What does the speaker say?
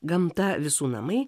gamta visų namai